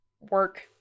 work